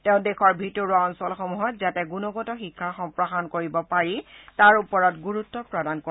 তেওঁ দেশৰ ভিতৰুৱা অঞ্চলসমূহত যাতে গুণগত শিক্ষা সম্প্ৰসাৰণ কৰিব পাৰি তাৰ ওপৰত গুৰুত্ব প্ৰদান কৰে